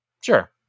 sure